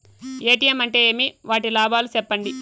ATM అంటే ఏమి? వాటి లాభాలు సెప్పండి